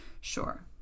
sure